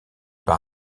par